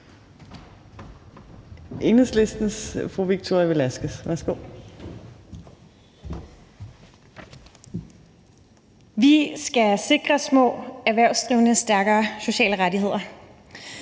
Vi skal sikre små erhvervsdrivende stærkere sociale rettigheder.